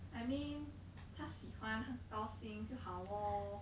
I mean 她喜欢她高兴就好 lor